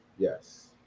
Yes